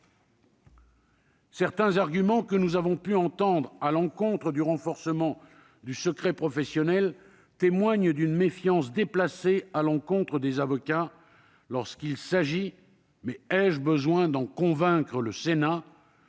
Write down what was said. Certains arguments que nous avons pu entendre à l'encontre du renforcement du secret professionnel témoignent d'une méfiance déplacée à l'encontre des avocats, alors qu'il s'agit- mais ai-je besoin d'en convaincre le Sénat ?